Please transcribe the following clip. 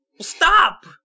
Stop